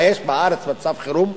מה, יש בארץ מצב חירום?